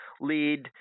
lead